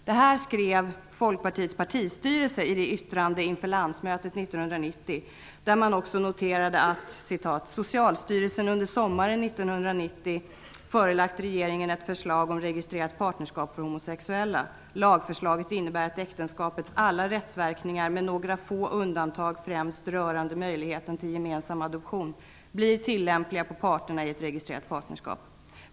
Det här skrev Folkpartiets partistyrelse i ett yttrande inför landsmötet 1990, där man också noterade att ''socialstyrelsen under sommaren 1990 förelagt regeringen ett förslag om registrerat partnerskap för homosexuella. Lagförslaget innebär att äktenskapets alla rättsverkningar, med några för undantag främst rörande möjligheten till gemensam adoption, blir tillämpliga på parterna i ett registrerat partnerskap.